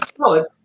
solid